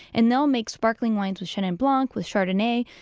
and they'll make sparkling wines with chenin blanc, with chardonnay,